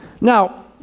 Now